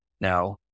Now